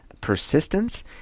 persistence